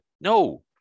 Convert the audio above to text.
No